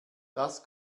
das